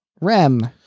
Rem